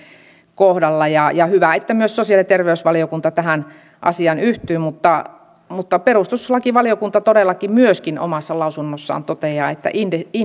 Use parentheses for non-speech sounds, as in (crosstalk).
kohdalla ja ja hyvä että myös sosiaali ja terveysvaliokunta tähän asiaan yhtyy mutta mutta perustuslakivaliokunta todellakin myöskin omassa lausunnossaan toteaa että indeksien (unintelligible)